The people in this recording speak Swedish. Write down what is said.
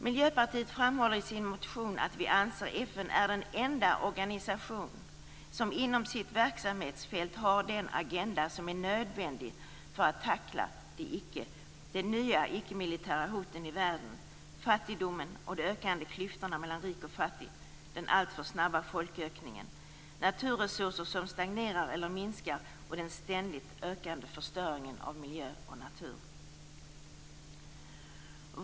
Miljöpartiet framhåller i sin motion att vi anser att FN är den enda organisation som inom sitt verksamhetsfält har den agenda som är nödvändig för att tackla de nya icke-militära hoten i världen: fattigdomen och de ökande klyftorna mellan rik och fattig, den alltför snabba folkökningen, naturresurser som stagnerar eller minskar och den ständigt ökande förstöringen av miljö och natur.